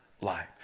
life